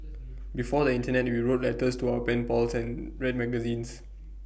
before the Internet we wrote letters to our pen pals and read magazines